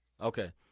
okay